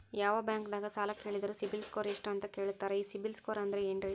ಯಾವ ಬ್ಯಾಂಕ್ ದಾಗ ಸಾಲ ಕೇಳಿದರು ಸಿಬಿಲ್ ಸ್ಕೋರ್ ಎಷ್ಟು ಅಂತ ಕೇಳತಾರ, ಈ ಸಿಬಿಲ್ ಸ್ಕೋರ್ ಅಂದ್ರೆ ಏನ್ರಿ?